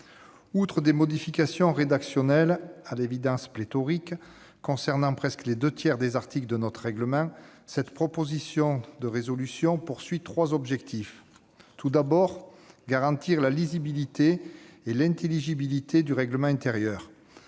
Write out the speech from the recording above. Outre des modifications rédactionnelles à l'évidence pléthoriques concernant presque les deux tiers des articles de notre règlement, cette proposition de résolution vise trois objectifs. Elle vise tout d'abord à garantir la lisibilité et l'intelligibilité du règlement intérieur